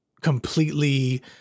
completely